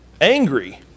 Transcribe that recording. angry